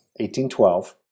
1812